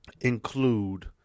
include